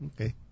Okay